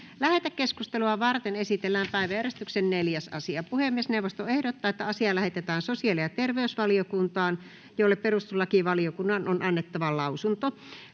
Lähetekeskustelua varten esitellään päiväjärjestyksen 4. asia. Puhemiesneuvosto ehdottaa, että asia lähetetään sosiaali‑ ja terveysvaliokuntaan, jolle perustuslakivaliokunnan on annettava lausunto.